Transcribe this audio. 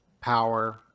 power